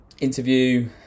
Interview